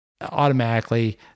automatically